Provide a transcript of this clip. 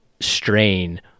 strain